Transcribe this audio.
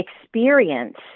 experience